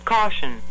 Caution